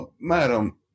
Madam